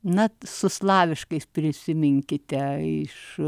na su slaviškais prisiminkite iš